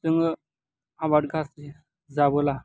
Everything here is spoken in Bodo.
जोङो आबाद गाज्रि जाबोला